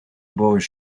boy